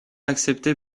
accepté